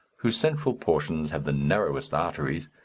whose central portions have the narrowest arteries,